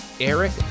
Eric